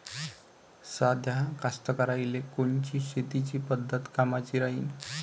साध्या कास्तकाराइले कोनची शेतीची पद्धत कामाची राहीन?